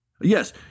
Yes